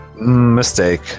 mistake